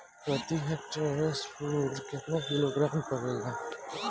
प्रति हेक्टेयर स्फूर केतना किलोग्राम परेला?